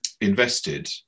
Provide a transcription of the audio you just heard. invested